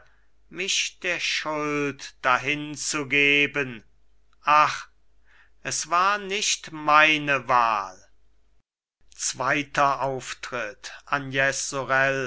mich der schuld dahinzugeben ach es war nicht meine wahl zweiter auftritt agnes